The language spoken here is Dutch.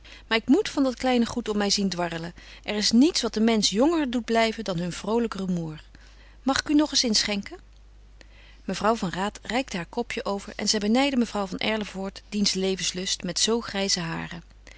maar ik moet van dat kleine goed om mij zien dwarrelen er is niets wat een mensch jonger doet blijven dan hun vroolijk rumoer mag ik u nog eens inschenken mevrouw van raat reikte haar kopje over en zij benijdde mevrouw van erlevoort dien levenslust met zo grijze haren